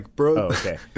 okay